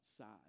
outside